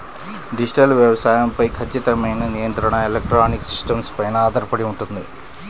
digital వ్యవసాయం పై ఖచ్చితమైన నియంత్రణ ఎలక్ట్రానిక్ సిస్టమ్స్ పైన ఆధారపడి ఉంటుంది